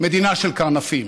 מדינה של קרנפים,